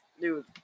Dude